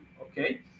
okay